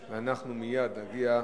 אנחנו מייד נגיע להצבעה.